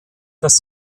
das